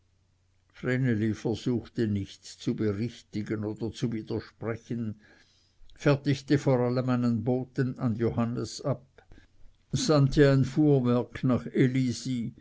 vreneli versuchte nicht zu berichtigen oder zu widersprechen fertigte vor allem einen boten an johannes ab sandte ein fuhrwerk nach elisi